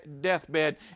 deathbed